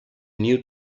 new